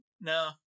No